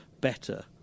better